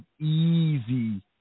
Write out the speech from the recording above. easy